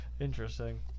Interesting